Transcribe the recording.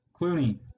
Clooney